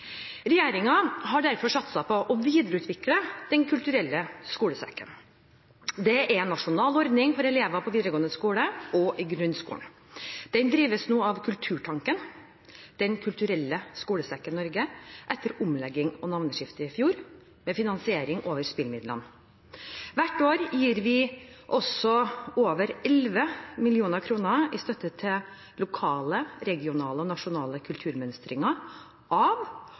har derfor satset på å videreutvikle Den kulturelle skolesekken. Det er en nasjonal ordning for elever på videregående skole og i grunnskolen. Den drives nå av Kulturtanken – Den kulturelle skolesekken i Norge, etter omlegging og navneskifte i fjor, med finansiering over spillemidlene. Hvert år gir vi også over 11 mill. kr i støtte til lokale, regionale og nasjonale kulturmønstringer av og med ungdom, i regi av